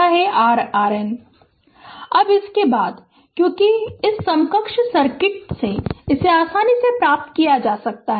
यह है RN Refer Slide Time 1854 अब उसके बाद क्योंकि इस समकक्ष सर्किट से इसे आसानी से प्राप्त किया जा सकता है